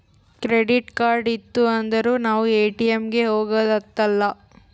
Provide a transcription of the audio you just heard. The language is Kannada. ಕ್ರೆಡಿಟ್ ಕಾರ್ಡ್ ಇತ್ತು ಅಂದುರ್ ನಾವ್ ಎ.ಟಿ.ಎಮ್ ಗ ಹೋಗದ ಹತ್ತಲಾ